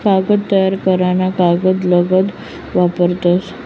कागद तयार करा ना करता लगदा वापरतस